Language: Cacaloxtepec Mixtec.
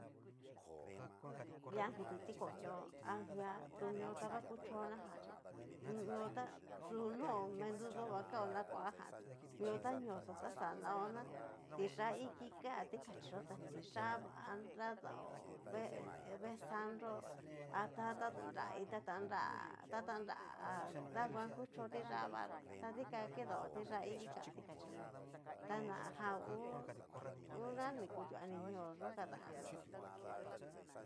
Lia nrudu tikoñó a nrua'a, tu mio ta va kuchó naján chí mio ta yunó menudó va kao na kuajan tú mio ta ñóo yó ta xanao ná, tiyá iki ká tikachí yó tá, tiyá v nradao vee veesandro ta tatanra iin tata nrá ta nguan kuchó tiyá va yó ta dikan kadao tiyá iki ká tikachí yó, ta na jan ngu na ni kutua ni ñoo yó kadaná.